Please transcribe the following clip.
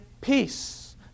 peace